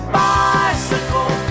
bicycle